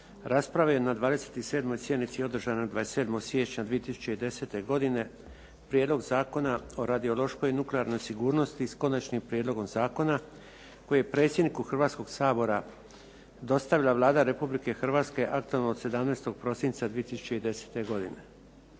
raspravio je na 27. sjednici održanoj 27. siječnja 2010. godine Prijedlog zakona o radiološkoj i nuklearnoj sigurnosti s konačnim prijedlogom zakona koji je predsjedniku Hrvatskog sabora dostavila Vlada Republike Hrvatske aktom od 17. prosinca 2010. godine